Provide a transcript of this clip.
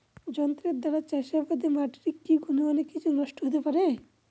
যন্ত্রের দ্বারা চাষাবাদে মাটির কি গুণমান কিছু নষ্ট হতে পারে?